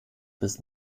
bis